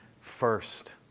first